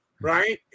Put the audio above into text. Right